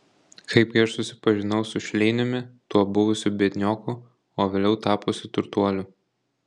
kaipgi aš susipažinau su šleiniumi tuo buvusiu biednioku o vėliau tapusiu turtuoliu